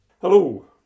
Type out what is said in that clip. Hello